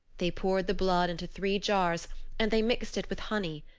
they poured the blood into three jars and they mixed it with honey,